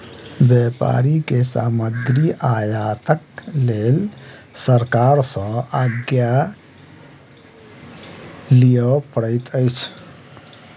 व्यापारी के सामग्री आयातक लेल सरकार सॅ आज्ञा लिअ पड़ैत अछि